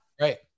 Right